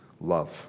love